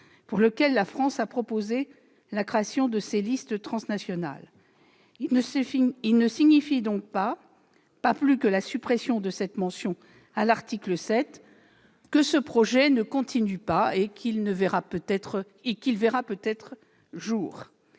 pour lequel la France a proposé la création de ces listes transnationales. Il ne signifie donc pas, pas plus que la suppression de cette mention à l'article 7, que ce projet ne verra pas le jour. Je rappelle que